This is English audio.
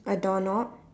a door knob